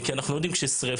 כי אנחנו יודעים שכשריפה